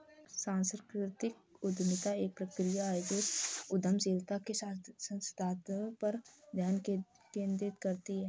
सांस्कृतिक उद्यमिता एक प्रक्रिया है जो उद्यमशीलता के संसाधनों पर ध्यान केंद्रित करती है